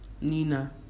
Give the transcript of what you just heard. Nina